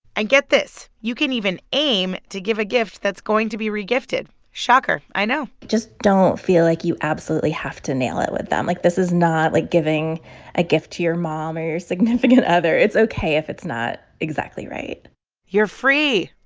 and get this. you can even aim to give a gift that's going to be regifted shocker, i know just don't feel like you absolutely have to nail it with them. like, this is not like giving a gift to your mom or your significant other. it's ok if it's not exactly right you're free.